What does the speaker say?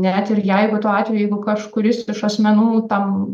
net ir jeigu tuo atveju jeigu kažkuris iš asmenų tam